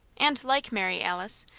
and like mary alice,